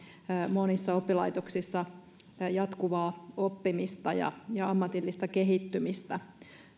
monissa oppilaitoksissa helpoksi jatkuvaa oppimista ja ja ammatillista kehittymistä